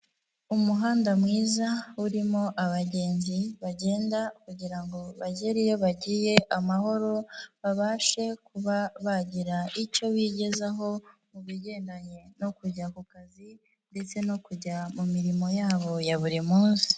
Umuhanda mwiza urimo abagenzi bagenda kugira ngo bagere iyo bagiye amahoro, babashe kuba bagira icyo bigezaho, mu bigendanye no kujya ku kazi, ndetse no kujya mu mirimo yabo ya buri munsi.